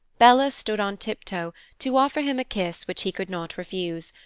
bella stood on tiptoe to offer him a kiss which he could not refuse,